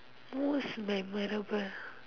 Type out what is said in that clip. most memorable